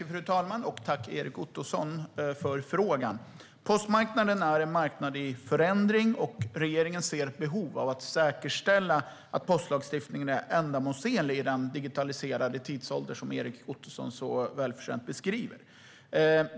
Fru talman! Tack för frågan, Erik Ottoson! Postmarknaden är en marknad i förändring, och regeringen ser ett behov av att säkerställa att postlagstiftningen är ändamålsenlig i den digitaliserade tidsålder Erik Ottoson så väl beskriver.